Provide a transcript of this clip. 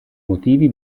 motivi